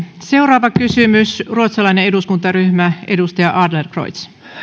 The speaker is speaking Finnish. seuraava kysymys ruotsalainen eduskuntaryhmä edustaja adlercreutz